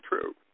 true